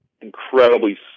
incredibly